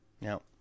Now